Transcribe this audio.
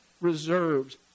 reserves